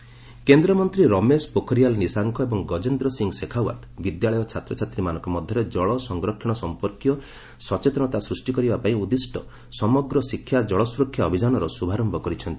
water conservation କେନ୍ଦ୍ରମନ୍ତ୍ରୀ ରମେଶ ପୋଖରିଆଲ୍ ନିଶାଙ୍କ ଏବଂ ଗଜେନ୍ଦ୍ର ସିଂହ ଶେଖାଓ୍ୱତ ବିଦ୍ୟାଳୟ ଛାତ୍ରଛାତ୍ରୀମାନଙ୍କ ମଧ୍ୟରେ ଜଳ ସଂରକ୍ଷଣ ସମ୍ପର୍କୀୟ ସଚେତନତା ସୃଷ୍ଟି କରିବା ପାଇଁ ଉଦ୍ଦିଷ୍ଟ ସମଗ୍ର ଶିକ୍ଷା ଜଳ ସୁରକ୍ଷା ଅଭିଯାନର ଶୁଭାରମ୍ଭ କରିଛନ୍ତି